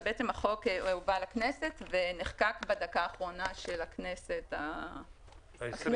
החוק הובא לכנסת ונחקק בדקה האחרונה של הכנסת --- ה-20.